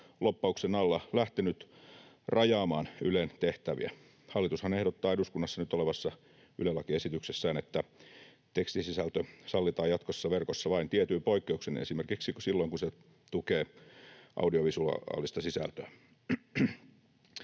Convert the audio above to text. lobbauksen alla lähtenyt rajaamaan Ylen tehtäviä. Hallitushan ehdottaa eduskunnassa nyt olevassa Yle-lakiesityksessään, että tekstisisältö sallitaan jatkossa verkossa vain tietyin poikkeuksin, esimerkiksi silloin kun se tukee audiovisuaalista sisältöä.